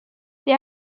they